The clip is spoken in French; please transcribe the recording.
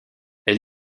elle